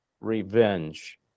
revenge